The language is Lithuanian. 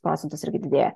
procentas irgi didėja